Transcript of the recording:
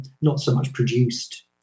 not-so-much-produced